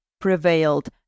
prevailed